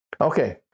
Okay